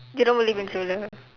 you don't believe in true love